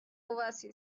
oasis